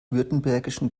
württembergischen